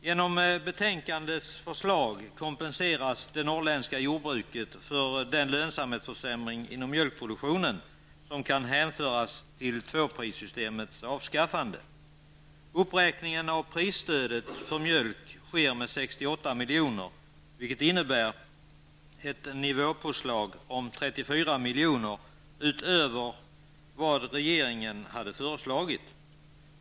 Genom betänkandets förslag kompenseras det norrländska jordbruket för den lönsamhetsförsämring inom mjölkproduktionen som kan hänföras till tvåprissystemets avskaffande. milj.kr. utöver regeringens förslag.